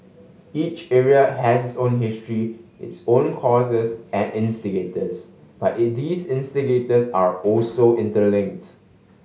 each area has its own history its own causes and instigators but these instigators are also interlinked